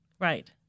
Right